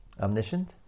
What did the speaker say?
omniscient